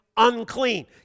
Unclean